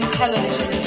television